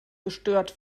gestört